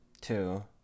two